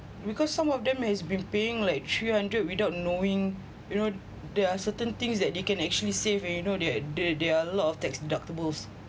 because some of them has been paying like three hundred without knowing you know there are certain things that they can actually save and you know there there there are a lot of tax deductibles